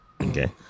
okay